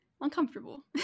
uncomfortable